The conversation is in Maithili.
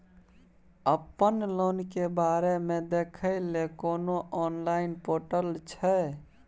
अपन लोन के बारे मे देखै लय कोनो ऑनलाइन र्पोटल छै?